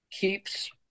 keeps